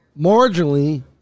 marginally